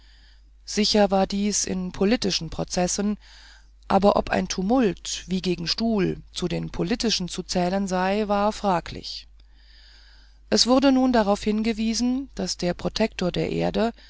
sicher war dies in politischen prozessen aber ob ein tumult wie gegen stuh zu den politischen zu zählen sei war fraglich es wurde nun darauf hingewiesen daß der protektor der erde